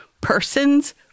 Persons